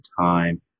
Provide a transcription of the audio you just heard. time